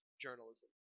journalism